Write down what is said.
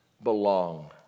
belong